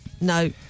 No